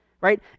right